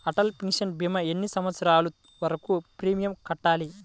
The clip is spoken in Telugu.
అటల్ పెన్షన్ భీమా ఎన్ని సంవత్సరాలు వరకు ప్రీమియం కట్టాలి?